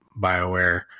Bioware